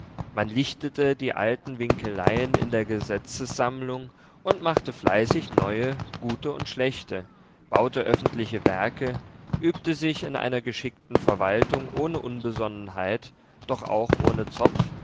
man lichtete die alten winkeleien in der gesetzsammlung und machte fleißig neue gute und schlechte bauete öffentliche werke übte sich in einer geschickten verwaltung ohne unbesonnenheit doch auch ohne zopf